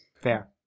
Fair